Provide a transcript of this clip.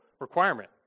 requirement